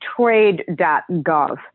trade.gov